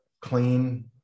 clean